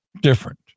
different